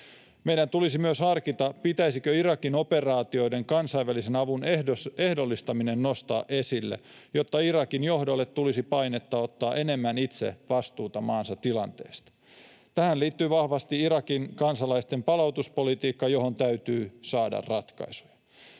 Meidän tulisi myös harkita, pitäisikö Irakin operaatioiden kansainvälisen avun ehdollistaminen nostaa esille, jotta Irakin johdolle tulisi painetta ottaa itse enemmän vastuuta maansa tilanteesta. Tähän liittyy vahvasti Irakin kansalaisten palautuspolitiikka, johon täytyy saada ratkaisuja.